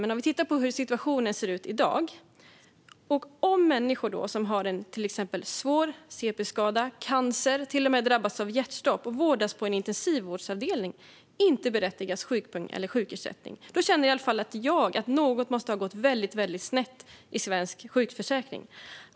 Men när någon som har en svår cp-skada eller cancer eller vårdas på en intensivvårdsavdelning för hjärtstopp inte beviljas sjukpenning eller sjukersättning känner i alla fall jag att något måste ha gått väldigt snett i svensk sjukförsäkring.